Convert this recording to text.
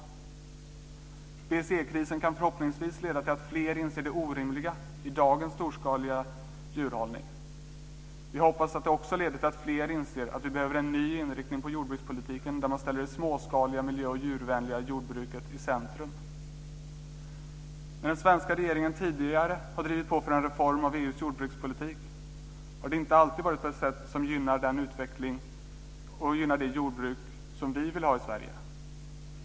BSE-krisen kan förhoppningsvis leda till att fler inser det orimliga i dagens storskaliga djurhållning. Vi hoppas att den också leder till att fler inser att vi behöver en ny inriktning på jordbrukspolitiken, där man ställer det småskaliga miljö och djurvänliga jordbruket i centrum. När den svenska regeringen tidigare har drivit på för en reform av EU:s jordbrukspolitik har det inte alltid varit på ett sätt som gynnar den utveckling och det jordbruk som vi vill ha i Sverige.